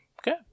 Okay